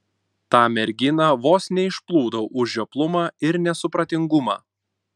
tą merginą vos neišplūdau už žioplumą ir nesupratingumą